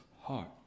heart